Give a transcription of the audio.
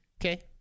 okay